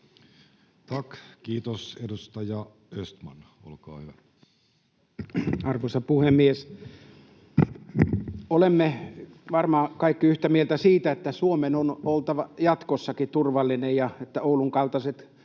ja syrjimättömyydestä Time: 12:49 Content: Arvoisa puhemies! Olemme varmaan kaikki yhtä mieltä siitä, että Suomen on oltava jatkossakin turvallinen ja että Oulun kaltaiset